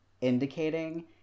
indicating